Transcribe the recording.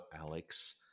Alex